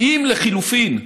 אם, לחלופין,